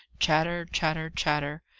chatter, chatter, chatter!